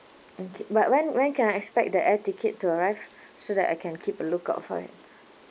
okay but when when can I expect the air ticket to arrive so that I can keep a lookout for it